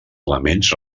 elements